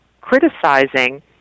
criticizing